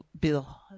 Bill